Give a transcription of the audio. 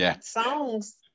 songs